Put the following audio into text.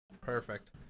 perfect